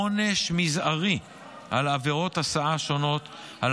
עונש מזערי על עבירות ההסעה השונות ועל